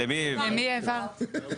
למי העברת?